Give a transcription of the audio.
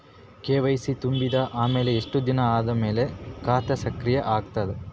KYC ತುಂಬಿದ ಅಮೆಲ ಎಷ್ಟ ದಿನ ಆದ ಮೇಲ ಖಾತಾ ಸಕ್ರಿಯ ಅಗತದ?